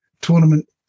tournament